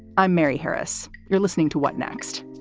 i'm mary harris. you're listening to what next.